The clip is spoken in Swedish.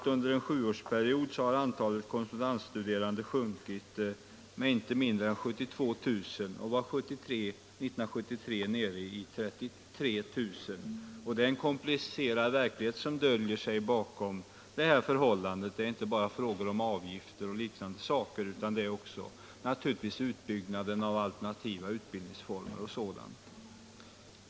Under en sjuårsperiod har antalet korrespondensstuderande sjunkit med inte mindre än 72 000 och det var 1973 nere i 33 000. Det är en komplicerad verklighet som döljer sig bakom det här förhållandet. Det är inte bara fråga om avgifter och liknande, utan naturligtvis också om bl.a. utbyggnaden av alternativa utbildningsformer.